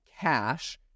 cash